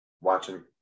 watching